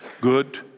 Good